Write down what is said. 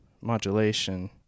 modulation